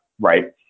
right